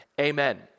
Amen